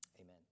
amen